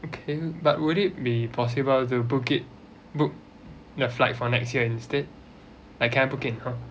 okay but would it be possible to book it book the flight for next year instead I can't book in !huh!